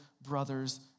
brothers